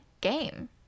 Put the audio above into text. game